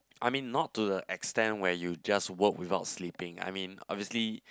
I mean not to the extent where you just work without sleeping I mean obviously